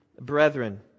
Brethren